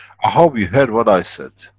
ah how you heard what i said?